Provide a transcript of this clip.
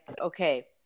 okay